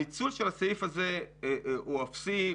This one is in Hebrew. הניצול של הסעיף הזה הוא אפסי,